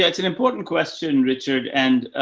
yeah it's an important question, richard. and,